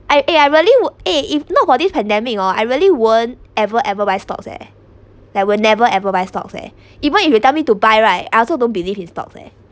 I eh I really wa~ eh if not about pandemic hor I really won't ever ever buy stocks eh that will never ever buy stocks eh even if you tell me to buy right I also don't believe this stocks leh